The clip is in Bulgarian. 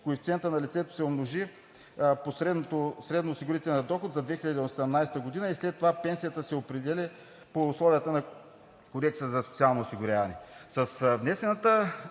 коефициентът на лицето се умножи по средноосигурителния доход за 2018 г. и след това пенсията се определя по условията на Кодекса за социално осигуряване.